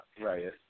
Right